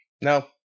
No